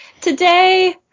Today